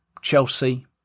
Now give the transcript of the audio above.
Chelsea